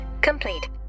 complete